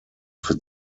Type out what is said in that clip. für